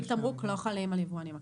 תיק תמרוק, לא חל על יבואנים מקבילים.